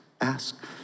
Ask